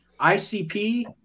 icp